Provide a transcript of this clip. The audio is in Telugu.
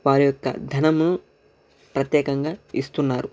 వారి యొక్క ధనము ప్రత్యేకంగా ఇస్తున్నారు